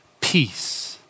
peace